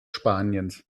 spaniens